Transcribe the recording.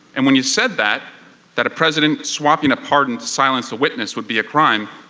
and when you said that that a president swopping a pardon to silence a witness would be a crime,